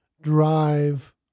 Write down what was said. drive